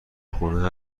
خونه